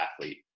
athlete